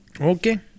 Okay